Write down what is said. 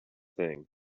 thing